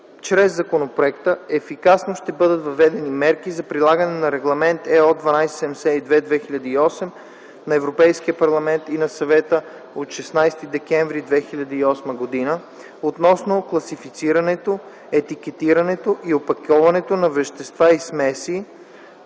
чрез законопроекта ефикасно ще бъдат въведени мерки за прилагане на Регламент (ЕО) № 1272/2008 на Европейския парламент и на Съвета от 16 декември 2008 г. относно класифицирането, етикетирането и опаковането на вещества и смеси